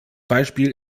beispiel